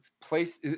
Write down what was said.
place